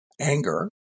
anger